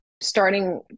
starting